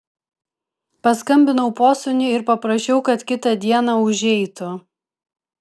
paskambinau posūniui ir paprašiau kad kitą dieną užeitų